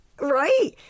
Right